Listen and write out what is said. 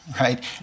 right